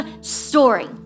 story